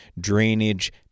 drainage